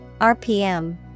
RPM